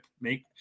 make –